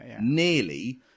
nearly